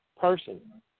person